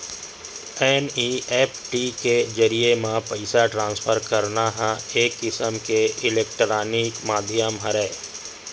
NEFT के जरिए म पइसा ट्रांसफर करना ह एक किसम के इलेक्टानिक माधियम हरय